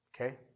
Okay